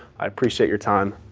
i appreciate your time.